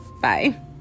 bye